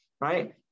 right